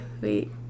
wait